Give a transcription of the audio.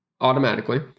automatically